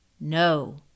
No